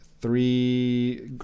three